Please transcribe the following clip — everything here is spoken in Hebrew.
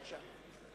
בבקשה.